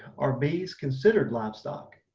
are bees considered livestock?